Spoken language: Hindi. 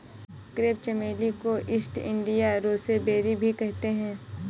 क्रेप चमेली को ईस्ट इंडिया रोसेबेरी भी कहते हैं